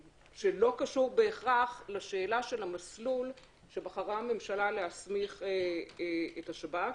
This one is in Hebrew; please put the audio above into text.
בהכרח לשאלה של המסלול שבחרה הממשלה להסמיך את השב"כ,